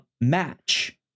match